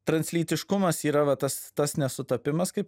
translytiškumas yra va tas tas nesutapimas kaip